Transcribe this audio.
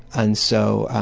and so,